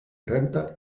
renta